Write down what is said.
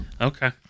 Okay